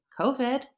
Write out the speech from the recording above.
COVID